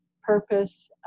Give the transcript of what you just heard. Purpose